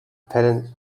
patent